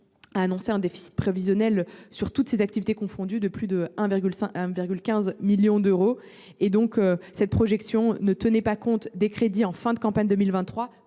a annoncé un déficit prévisionnel pour 2023, toutes activités confondues, de près de 1,15 million d’euros, cette projection ne tenait pas compte des crédits de fin de campagne 2023